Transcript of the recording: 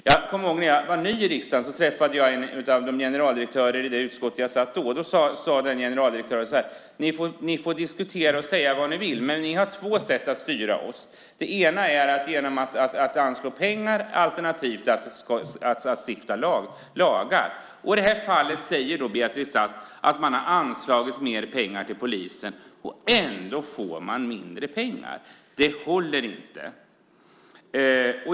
Jag kommer ihåg att när jag var ny i riksdagen träffade jag genom det utskott jag satt i då en av de generaldirektörer som var verksamma på det området. Då sade den generaldirektören så här: Ni får diskutera och säga vad ni vill, men ni har två sätt att styra oss. Det ena är genom att anslå pengar, det andra är att stifta lagar. I det här fallet säger Beatrice Ask att man har anslagit mer pengar till polisen. Ändå får polisen mindre pengar. Det håller inte.